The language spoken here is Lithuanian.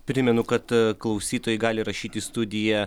primenu kad a klausytojai gali rašyti į studiją